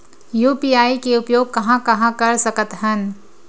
UPI के उपयोग कहां कहा कर सकत हन?